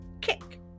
kick